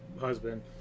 husband